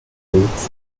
weeks